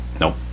Nope